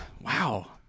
Wow